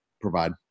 provide